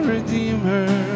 Redeemer